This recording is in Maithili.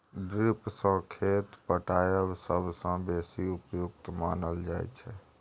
ड्रिप सँ खेत पटाएब सबसँ बेसी उपयुक्त मानल जाइ छै